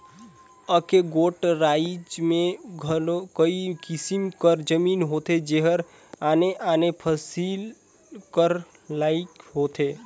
एके गोट राएज में घलो कइयो किसिम कर जमीन होथे जेहर आने आने फसिल कर लाइक होथे